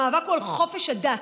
המאבק הוא על חופש הדת.